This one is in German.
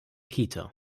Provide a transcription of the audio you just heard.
kita